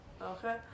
Okay